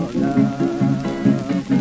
love